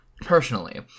personally